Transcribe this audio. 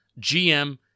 GM